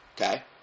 Okay